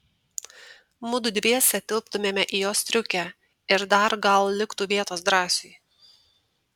mudu dviese tilptumėme į jos striukę ir dar gal liktų vietos drąsiui